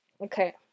okay